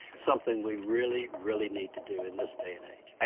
something we really, really need to do in this day and age.